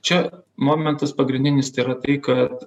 čia momentas pagrindinis tai yra tai kad